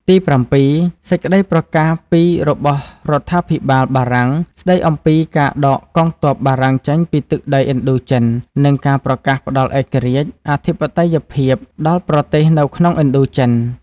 ទីប្រាំពីរ សេចក្តីប្រកាសពីរបស់រដ្ឋា ភិបាលបារាំង ស្តីអំពីការដកកងទ័ពបារាំងចេញពីទឹកដីឥណ្ឌូចិន និងការប្រកាសផ្តល់ឯករាជ្យ អធិបតេយ្យភាពដល់ប្រទេសនៅក្នុងឥណ្ឌូ ចិន។